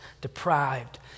deprived